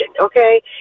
okay